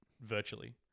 virtually